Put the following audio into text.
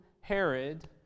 Herod